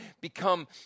become